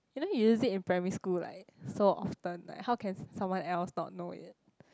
you know you use it in primary school like so often like how can someone else not know it